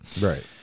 Right